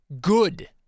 good